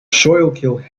schuylkill